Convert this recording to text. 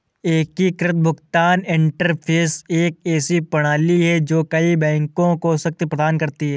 एकीकृत भुगतान इंटरफ़ेस एक ऐसी प्रणाली है जो कई बैंकों को शक्ति प्रदान करती है